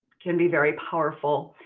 can be very powerful.